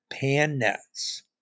pan-nets